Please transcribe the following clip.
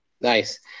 Nice